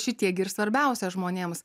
šitie gi ir svarbiausia žmonėms